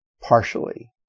partially